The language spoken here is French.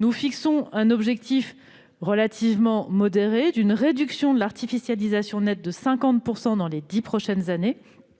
nous fixons un objectif relativement modéré d'une réduction de l'artificialisation nette de 50 % dans les dix prochaines années.